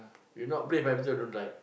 if not brave might as well don't drive